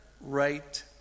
right